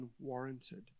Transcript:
unwarranted